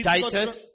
Titus